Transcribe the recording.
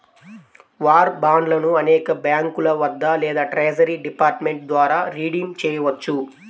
war బాండ్లను అనేక బ్యాంకుల వద్ద లేదా ట్రెజరీ డిపార్ట్మెంట్ ద్వారా రిడీమ్ చేయవచ్చు